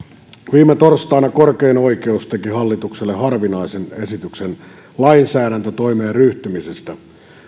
viime torstaina korkein oikeus teki hallitukselle harvinaisen esityksen lainsäädäntötoimeen ryhtymisestä